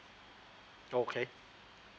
okay